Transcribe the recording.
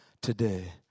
today